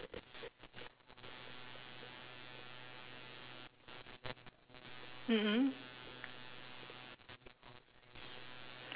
mmhmm